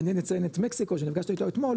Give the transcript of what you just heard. מעניין לציין את מקסיקו שנפגשת איתו אתמול,